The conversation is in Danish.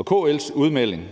KL's udmelding